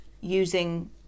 using